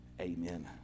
Amen